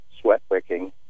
sweat-wicking